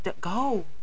go